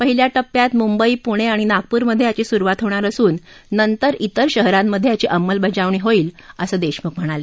पहिल्या टप्प्यात मुंबई पुणे आणि नागपुरमध्ये याची सुरुवात होणार असून नंतर तिर शहरांमध्ये याची अंमलबजावणी होईल असं देशमुख यांनी सांगितलं